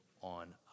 on